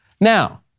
now